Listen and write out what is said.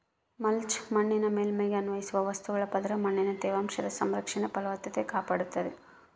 mulch ಮಣ್ಣಿನ ಮೇಲ್ಮೈಗೆ ಅನ್ವಯಿಸುವ ವಸ್ತುಗಳ ಪದರ ಮಣ್ಣಿನ ತೇವಾಂಶದ ಸಂರಕ್ಷಣೆ ಫಲವತ್ತತೆ ಕಾಪಾಡ್ತಾದ